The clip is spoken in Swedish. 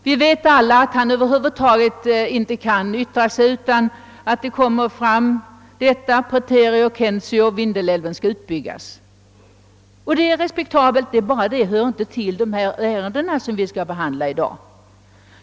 Vi vet alla att han över huvud taget inte kan yttra sig utan detta preterea censeo: Vindelälven skall utbyggas. Det är i och för sig respektabelt, men det hör bara inte till de ärenden vi skall behandla i dag.